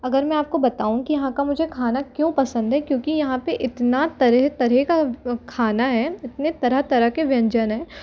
अगर मैं आपको बताऊँ की यहाँ का मुझे खाना क्यों पसंद है क्योंकि यहाँ पे इतना तरह तरह का व खाना है इतने तरह तरह के व्यंजन है